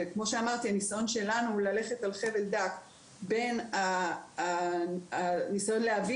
וכמו שאמרתי הניסיון שלנו הוא ללכת על חבל דק בין הניסיון להביא